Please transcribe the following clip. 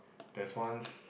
there's once